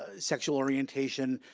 ah sexual orientation,